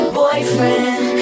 boyfriend